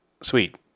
sweet